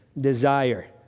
desire